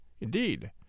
Indeed